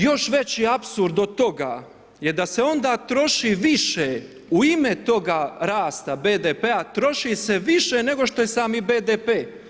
Još veći apsurd od toga je da se onda troši više u ime toga rasta BDP-a troši se više nego što je sami BDP.